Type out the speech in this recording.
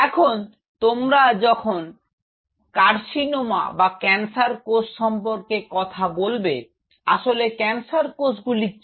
এখন তোমরা যখন কার্সিনোমা বা ক্যান্সার কোষ সম্পর্কে কথা বলবে আসলে ক্যান্সার কোষগুলি কী